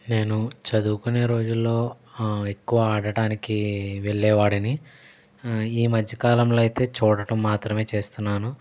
నేను చదువుకునే రోజుల్లో ఎక్కువ ఆడటానికి వెళ్ళేవాడిని ఈ మధ్య కాలంలో అయితే చూడటం మాత్రమే చేస్తున్నాను